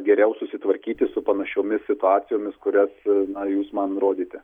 geriau susitvarkyti su panašiomis situacijomis kurias na jūs man rodėte